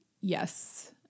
Yes